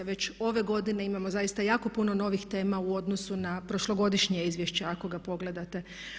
Već ove godine imamo zaista jako puno novih tema u odnosu na prošlogodišnje izvješće ako ga pogledate.